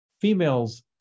Females